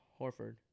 Horford